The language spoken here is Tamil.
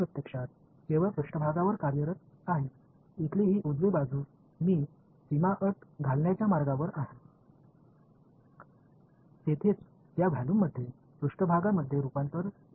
அந்த இடத்தில்தான் அந்த கொள்ளளவு ஒரு மேற்பரப்பாக மாற்றப்பட்டுள்ளது மற்றும் பௌண்டரி கண்டிஷன்ஸ் வலது புறத்தில் இங்கே பயன்படுத்தப்படும்